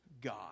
God